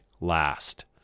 last